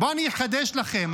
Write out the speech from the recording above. בואו אני אחדש לכם.